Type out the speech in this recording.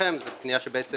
לפניכם זו פנייה שבעצם